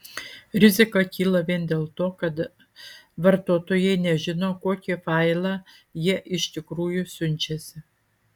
rizika kyla vien dėl to kad vartotojai nežino kokį failą jie iš tikrųjų siunčiasi